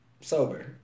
sober